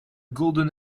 golden